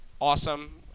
awesome